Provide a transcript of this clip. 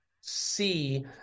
see